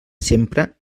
sempre